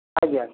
ଆଜ୍ଞା